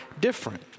different